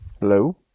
Hello